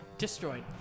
Destroyed